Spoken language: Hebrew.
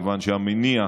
כיוון שהמניע,